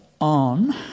on